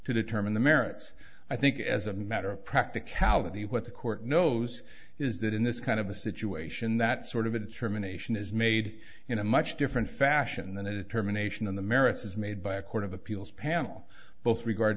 to determine the merits i think as a matter of practicality what the court knows is that in this kind of a situation that sort of a determination is made in a much different fashion than a determination on the merits is made by a court of appeals panel both regard